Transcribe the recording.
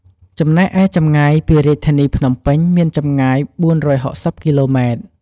ចំណែកឯចម្ងាយពីរាជធានីភ្នំពេញមានចម្ងាយ ៤៦០គីឡូម៉ែត្រ។